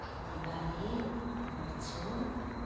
खेतीबारी गर्छु